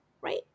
right